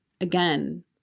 again